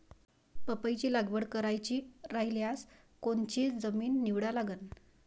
पपईची लागवड करायची रायल्यास कोनची जमीन निवडा लागन?